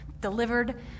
delivered